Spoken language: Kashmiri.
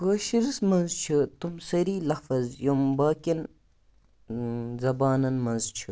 کٲشرِس منٛز چھِ تِم سٲری لفٕظ یِم باقِیَن زَبانَن منٛز چھِ